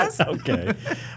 Okay